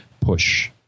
push